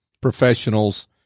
professionals